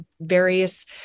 various